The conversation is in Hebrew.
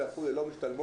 היא לא שלחה אותה עד היום,